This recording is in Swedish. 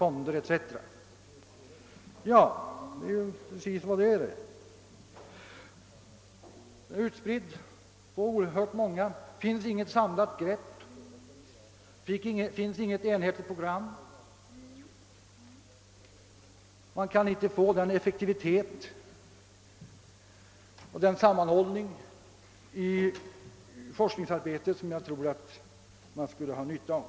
Ja, det är alldeles riktigt; denna forskning är verkligen utspridd på många händer. Det finns inget samlat grepp över den. Det finns inget enhetligt program för den. Man kan inte få den effektivitet och den sammanhållning i forskningsarbetet, som jag tror att man skulle ha nytta av.